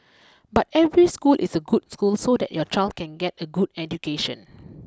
but every school is a good school so that your child can get a good education